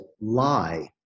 lie